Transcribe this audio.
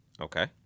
Okay